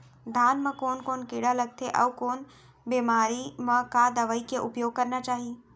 धान म कोन कोन कीड़ा लगथे अऊ कोन बेमारी म का दवई के उपयोग करना चाही?